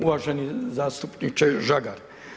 Uvaženi zastupniče Žagar.